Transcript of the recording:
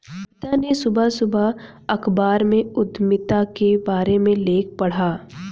कविता ने सुबह सुबह अखबार में उधमिता के बारे में लेख पढ़ा